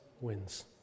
wins